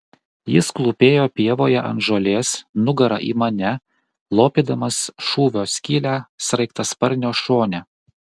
jis klūpėjo pievoje ant žolės nugara į mane lopydamas šūvio skylę sraigtasparnio šone